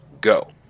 go